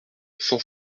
cent